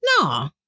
No